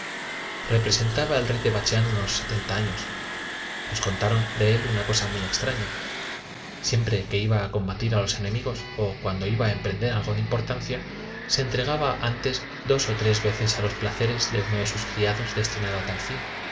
el rey de bachián unos setenta años nos contaron de él una cosa muy extraña siempre que iba a combatir a los enemigos o cuando iba a emprender algfo de importancia se entregaba antes dos o tres veces a los placeres de uno de sus criados destinado a tal fin